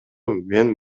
мен